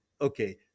okay